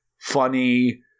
funny